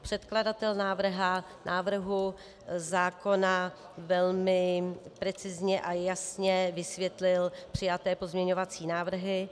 Předkladatel návrhu zákona velmi precizně a jasně vysvětlil přijaté pozměňovací návrhy.